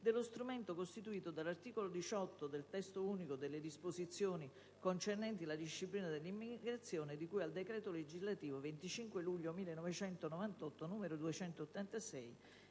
dello strumento costituito dall'articolo 18 del Testo unico delle disposizioni concernenti la disciplina dell'immigrazione, di cui al decreto legislativo 25 luglio 1998, n. 286,